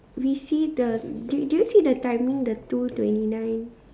receive the did you see the timing the two twenty nine